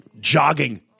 jogging